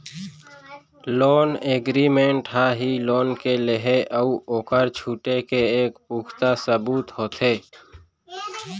loan agreement ह ही loan के लेहे अउ ओखर छुटे के एक पुखता सबूत होथे